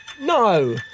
No